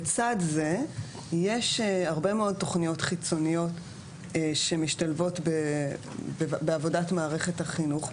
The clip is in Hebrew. לצד זה יש הרבה מאוד תוכניות חיצוניות שמשתלבות בעבודת מערכת החינוך.